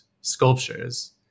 sculptures